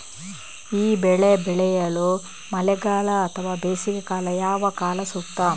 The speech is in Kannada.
ಈ ಬೆಳೆ ಬೆಳೆಯಲು ಮಳೆಗಾಲ ಅಥವಾ ಬೇಸಿಗೆಕಾಲ ಯಾವ ಕಾಲ ಸೂಕ್ತ?